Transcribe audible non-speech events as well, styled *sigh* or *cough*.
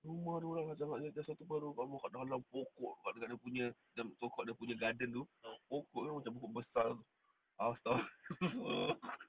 rumah dia orang astaghfirullahalazim ada satu rumah kat dalam pokok dekat dia punya so called dia punya garden tu pokok dia macam pokok besar *laughs*